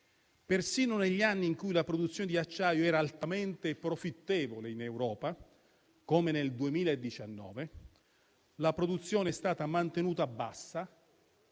Persino negli anni in cui la produzione di acciaio era altamente profittevole in Europa, come nel 2019, la produzione è stata mantenuta bassa